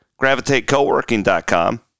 Gravitatecoworking.com